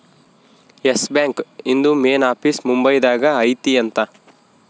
S Bank ಇಂದು main office Mumbai ದಾಗ ಐತಿ ಅಂತ